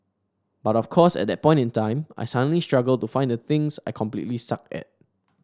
but of course at that point in time suddenly I struggle to find the things I completely suck at